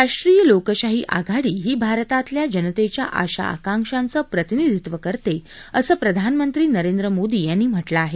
राष्ट्रीय लोकशाही आघाडी ही भारतातल्या जनतेच्या आशा आकांक्षांचं प्रतिनिधित्व करते असं प्रधानमंत्री नरेंद्र मोदी यांनी म्हटलं आहे